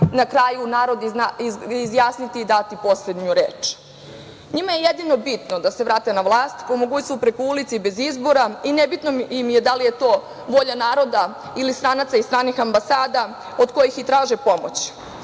na kraju narod izjasniti i dati poslednju reč. Njima je jedino bitno da se vrate na vlast po mogućstvu na ulici i bez izbora i nebitno im je da li je to volja narod ili stranaca i stranih ambasada, od kojih i traže pomoć,